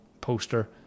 poster